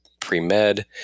pre-med